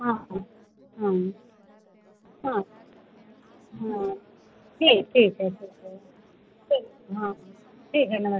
आपको mummy smart नहीं ठीक ठीक है तब तो ठीक हँ ठीक है नमस